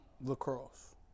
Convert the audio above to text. Lacrosse